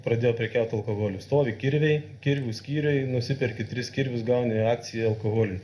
pradėjo prekiaut alkoholiu stovi kirviai kirvių skyriui nusiperki tris kirvius gauni akciją alkoholiui